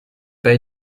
pas